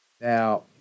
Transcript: Now